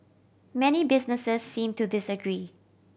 many businesses seem to disagree